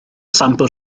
sampl